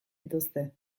dituzte